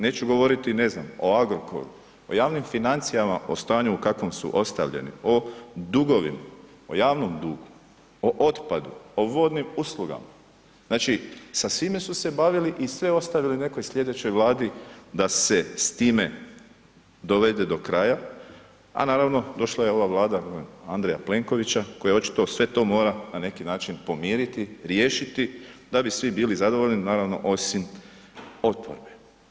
Neću govoriti o, ne znam, o Agrokoru, o javnim financijama, o stanju u kakvom su ostavljeni, o dugovima, o javnom dugu, o otpadu, o vodnim uslugama, znači sa svime su se bavili i sve ostavili nekoj slijedećoj Vladi da se s time dovede do kraja, a naravno došla je ova Vlada Andreja Plenkovića koja očito sve to mora na neki način pomiriti, riješiti da bi svi bili zadovoljni, naravno osim oporbe.